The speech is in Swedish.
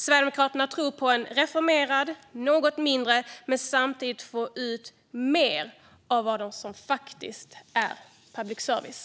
Sverigedemokraterna tror på en reformerad och något mindre public service men samtidigt att man ska få ut mer av det som faktiskt är public service.